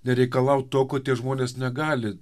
nereikalaut to ko tie žmonės negali